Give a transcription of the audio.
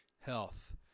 Health